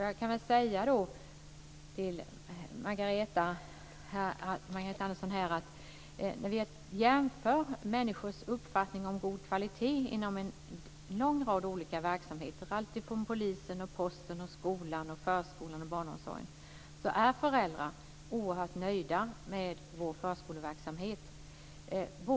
Jag kan väl säga till Margareta Andersson att när vi jämför människors uppfattning om god kvalitet inom en lång rad olika verksamheter, alltifrån polisen, posten, skolan, förskolan och barnomsorgen, är föräldrar oerhört nöjda med vår förskoleverksamhet.